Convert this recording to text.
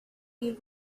you